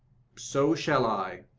so shall i.